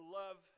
love